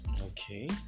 okay